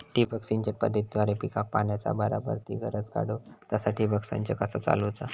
ठिबक सिंचन पद्धतीद्वारे पिकाक पाण्याचा बराबर ती गरज काडूक तसा ठिबक संच कसा चालवुचा?